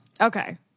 okay